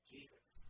Jesus